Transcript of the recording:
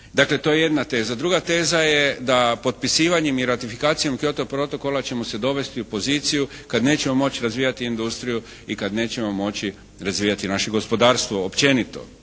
Dakle, to je jedna teza. Druga teza je da potpisivanjem i ratifikacijom Kyoto protokola ćemo se dovesti u poziciju kad nećemo moći razvijati industriju i kad nećemo moći razvijati naše gospodarstvo općenito.